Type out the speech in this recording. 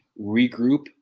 regroup